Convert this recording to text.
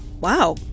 wow